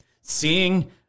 Seeing